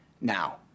Now